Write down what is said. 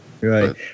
Right